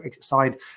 side